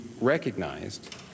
recognized